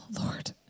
Lord